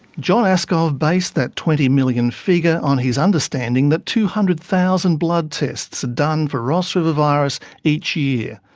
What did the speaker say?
john aaskov based that twenty million dollars figure on his understanding that two hundred thousand blood tests are done for ross river virus each year.